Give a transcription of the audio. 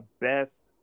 best